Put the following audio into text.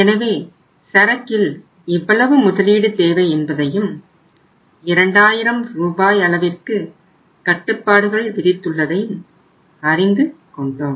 எனவே சரக்கில் இவ்வளவு முதலீடு தேவை என்பதையும் 2000 ரூபாய் அளவிற்கு கட்டுப்பாடுகள் விதித்துள்ளதையும் அறிந்து கொண்டோம்